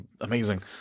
amazing